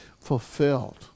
fulfilled